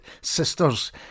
Sisters